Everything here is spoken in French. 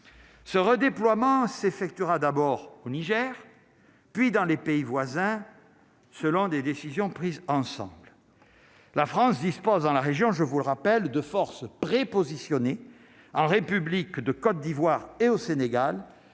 Ce redéploiement s'effectuera d'abord au Niger puis dans les pays voisins, selon des décisions prises ensemble, la France dispose dans la région, je vous le rappelle, de forces prépositionnées en république de Côte d'Ivoire et au Sénégal,